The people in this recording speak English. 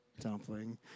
Dumpling